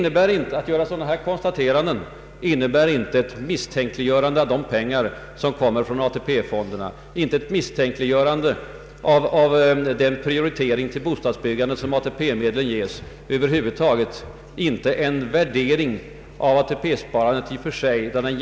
Ett sådant konstaterande innebär inte ett ”misstänkliggörande” av de pengar som kommer från AP-fonderna och inte ett ”misstänkliggörande” av den prioritering för bostadsbyggandet som ges med AP-medlen.